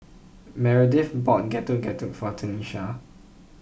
Meredith bought Getuk Getuk for Tenisha